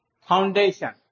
foundation